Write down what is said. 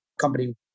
company